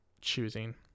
choosing